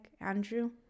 andrew